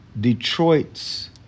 Detroit's